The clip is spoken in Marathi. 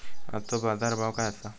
आजचो बाजार भाव काय आसा?